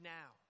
now